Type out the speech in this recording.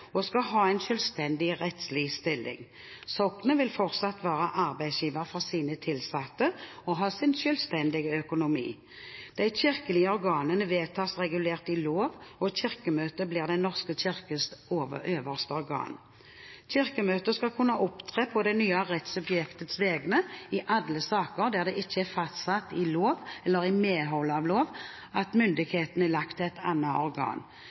og skal ha en selvstendig rettslig stilling. Soknet vil fortsatt være arbeidsgiver for sine tilsatte og ha sin selvstendige økonomi. De kirkelige organene vedtas regulert i lov, og Kirkemøtet blir Den norske kirkes øverste organ. Kirkemøtet skal kunne opptre på det nye rettssubjektets vegne i alle saker der det ikke er fastsatt i lov eller i medhold av lov at myndigheten er lagt til et annet organ.